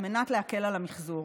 על מנת להקל על המחזור.